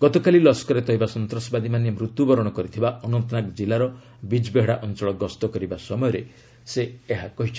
ଗତକାଲି ଲସ୍କରେ ତଇବା ସନ୍ତାସବାଦୀମାନେ ମୃତ୍ୟୁବରଣ କରିଥିବା ଅନନ୍ତନାଗ କିଲ୍ଲାର ବିକ୍ବେହେଡା ଅଞ୍ଚଳ ଗସ୍ତ କରିବା ସମୟରେ ସେ ଏହା କହିଚ୍ଛନ୍ତି